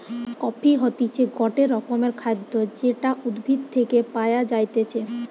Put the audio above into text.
coffee হতিছে গটে রকমের খাদ্য যেটা উদ্ভিদ থেকে পায়া যাইতেছে